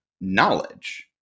knowledge